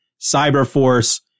Cyberforce